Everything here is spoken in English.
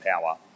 power